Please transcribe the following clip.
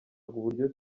uburyo